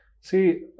See